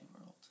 world